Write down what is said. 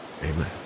Amen